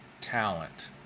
talent